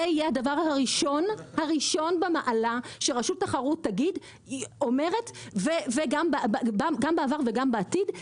זה יהיה הדבר הראשון במעלה שרשות תחרות תגיד ואומרת גם בעבר וגם בעתיד,